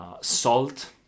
salt